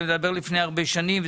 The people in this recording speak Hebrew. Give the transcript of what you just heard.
אני מדבר על לפני הרבה שנים.